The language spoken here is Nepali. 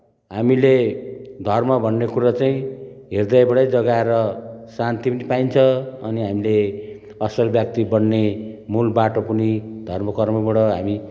हामीले धर्म भन्ने कुरो चाहिँ हृदयबाटै जगाएर शान्ति पनि पाइन्छ अनि हामीले असल व्यक्ति बन्ने मूल बाटो पनि धर्म कर्मबाट हामी